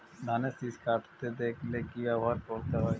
ধানের শিষ কাটতে দেখালে কি ব্যবহার করতে হয়?